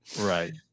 Right